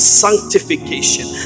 sanctification